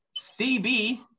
CB